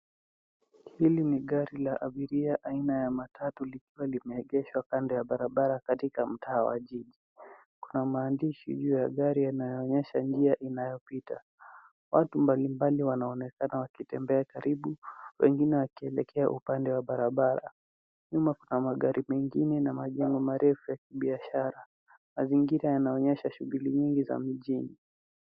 Hili ni gari la abiria aina ya matatu likiwa limeegeshwa kando ya barabara katika mtaa wa jiji na maandishi juu ya gari yanaonyesha njia inayopita. Watu mbalimbali wanaonekana wakitembea karibu wengine wakielekea upande wa barabara. Nyuma kuna magari mengine na majengo marefu ya kibiashara. Mazingira yanaonyesha shughuli nyingi za mijini.